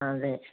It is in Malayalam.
അതെ